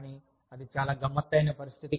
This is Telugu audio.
కానీ అది చాలా గమ్మత్తైన పరిస్థితి